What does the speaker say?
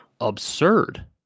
absurd